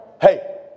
Hey